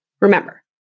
Remember